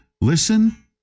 listen